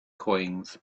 coins